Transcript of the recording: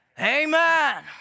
Amen